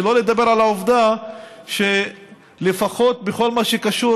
שלא לדבר על העובדה שלפחות בכל מה שקשור